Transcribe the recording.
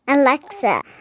Alexa